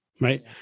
right